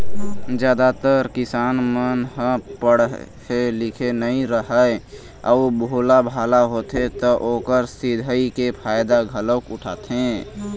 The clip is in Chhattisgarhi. जादातर किसान मन ह पड़हे लिखे नइ राहय अउ भोलाभाला होथे त ओखर सिधई के फायदा घलोक उठाथें